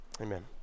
Amen